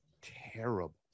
terrible